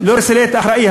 לא רוצה להיות אחראית.